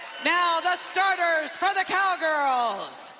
now, the starters for the cowgirls.